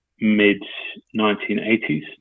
mid-1980s